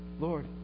Lord